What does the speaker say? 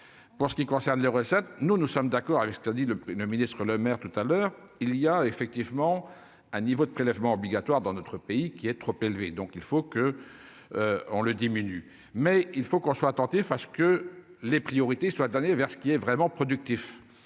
pour ce qui concerne les recettes, nous nous sommes d'accord avec ce qu'a dit le le ministre Lemaire tout à l'heure, il y a effectivement un niveau de prélèvements obligatoires dans notre pays qui est trop élevé, donc il faut que, on le diminue, mais il faut qu'on soit attentif à ce que les priorités soient vers ce qui est vraiment productif